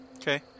Okay